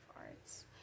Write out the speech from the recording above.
arts